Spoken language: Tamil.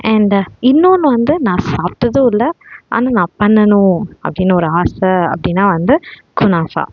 அண்டு இன்னொன்று வந்து நான் சாப்பிட்டதும் இல்லை ஆனால் நான் பண்ணனும் அப்படின்னு ஒரு ஆசை அப்படின்னா வந்து குனாஷா